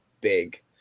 big